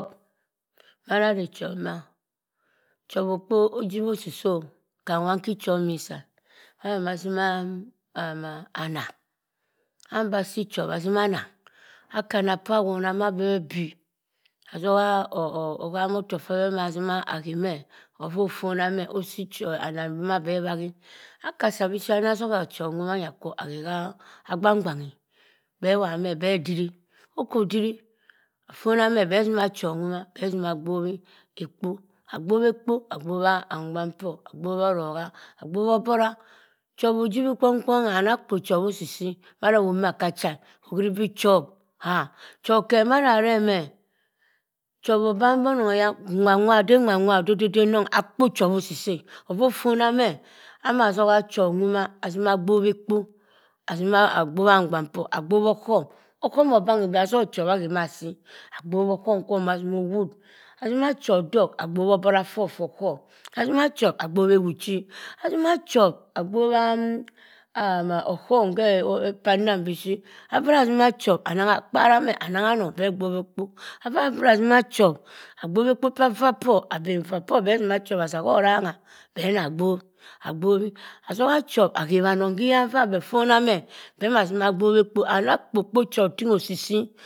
Madah reh chow ma chow okpo ojiwo si soh kah-wan nki chow wah nsah amemba zima anah. akaa anah por a wone mah per bieh azoha owangho otohk abeh amah zima ahay meh ovoh oforah meh osi chow anah wah beh wahi akah sah bishi anah zoha chow nuunyh soh ah ey ha ogbangban eh beh wah meh beh diri okh diri ofonah meh beh zima chow duma beh zima bowi ekpo akbowehkpo agbowa agbangbang por aaowo aroha obowo obarah chow joiwi kpon kpoeh anah kpo chowo si si madah woh men aka cha ohuribi chow ha chow keh mada reh meh chow obang onongheya nwa wademanwa odeyaynong akpo chow a si say ovoh fonah meh amah zoha clow suma azima bowe ekpo azima abowi agbang kwo ogbowo ham ohum oh banghi meh azim clow kwo ah hay mah si abowo ohum kwo mazima owoht azima chow ddohk abowo obara foh for ohum azima chow abowe ewuchi azimah clow abowa ohum meh kpananam bi shi avra zima chowp anang ha. akpara meh onangha nong ha. akpara meh onangha nong beh boweh kpo avah bira zoha chowp bowa kpo kah vah por aben vah por beh zima chow aza horangha beh nah bow abowi azimachow ahewanong hiyen meh obab beh fonah meh beh mah zimah aboweh kpo akpo kpo chow ting osi si